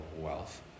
wealth